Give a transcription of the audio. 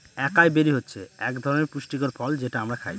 একাই বেরি হচ্ছে এক ধরনের পুষ্টিকর ফল যেটা আমরা খায়